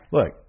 Look